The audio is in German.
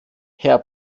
herr